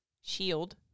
shield